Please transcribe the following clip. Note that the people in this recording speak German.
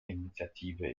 initiative